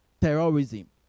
Terrorism